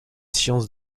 sciences